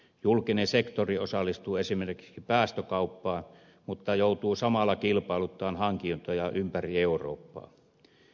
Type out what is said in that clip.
julkinen sektori osallistuu esimerkiksi päästökauppaan mutta joutuu samalla kilpailuttamaan hankintojaan ympäri eurooppaa